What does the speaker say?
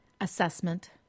assessment